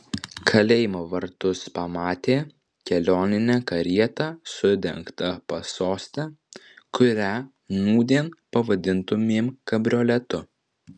kalėjimo vartus pamatė kelioninę karietą su dengta pasoste kurią nūdien pavadintumėm kabrioletu